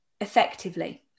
effectively